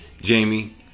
Jamie